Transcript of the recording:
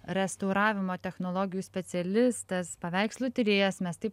restauravimo technologijų specialistas paveikslų tyrėjas mes taip